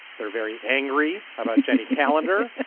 they're very angry about jenny calendar.